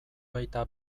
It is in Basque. baita